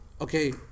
Okay